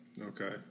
Okay